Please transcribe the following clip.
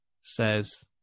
says